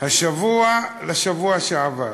השבוע לשבוע שעבר?